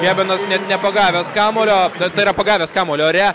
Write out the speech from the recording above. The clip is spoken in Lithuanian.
gebenas net nepagavęs kamuolio tai yra pagavęs kamuolį ore